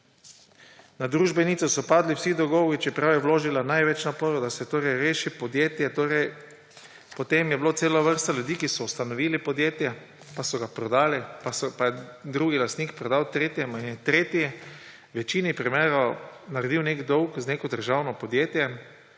na družbenico so padli vsi dolgovi, čeprav je vložila največ naporov, da se reši podjetje. Potem je bila cela vrsta ljudi, ki so ustanovili podjetje, so ga prodali, je drugi lastnik prodal tretjemu in je tretji v večini primerov naredil nek dolg za neko državno podjetje,